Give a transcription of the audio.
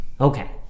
Okay